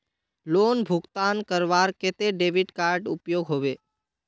Loan भुगतान करवार केते डेबिट कार्ड उपयोग होबे?